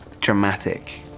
dramatic